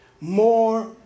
More